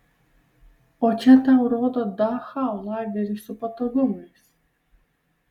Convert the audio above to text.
o čia tau rodo dachau lagerį su patogumais